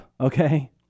okay